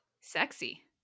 Sexy